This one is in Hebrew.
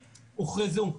הוכרזו,